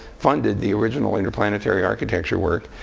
funded the original interplanetary architecture work.